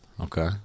okay